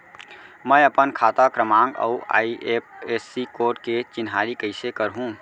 मैं अपन खाता क्रमाँक अऊ आई.एफ.एस.सी कोड के चिन्हारी कइसे करहूँ?